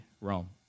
Rome